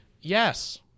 Yes